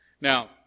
Now